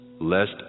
lest